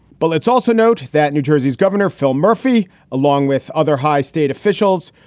but let's also note that new jersey's governor, phil murphy, along with other high state officials,